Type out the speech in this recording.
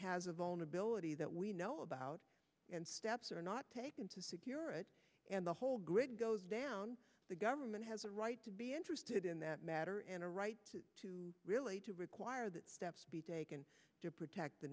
has a vulnerability that we know about and steps are not taken to secure it and the whole grid goes down the government has a right to be interested in that matter and a right to relate to require that steps be taken to protect the